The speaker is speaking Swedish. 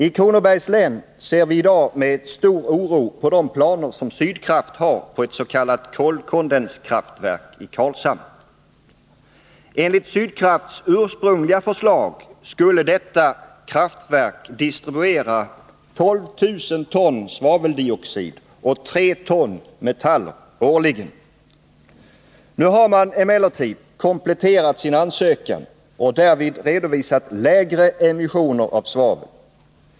I Kronobergs län ser vi i dag med stor oro på de planer som Sydkraft har på ett s.k. kolkondenskraftverk i Karlshamn. Enligt Sydkrafts ursprungliga förslag skulle detta kraftverk distribuera 12 000 ton svaveldioxid och 3 ton metaller årligen. Nu har man emellertid kompletterat sin ansökan och därvid redovisat lägre immissioner av svavel.